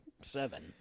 seven